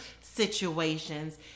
situations